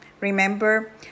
Remember